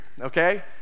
Okay